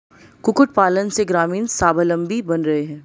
कुक्कुट पालन से ग्रामीण स्वाबलम्बी बन रहे हैं